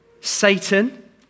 Satan